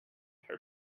her